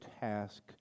task